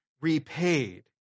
repaid